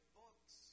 books